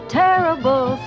terrible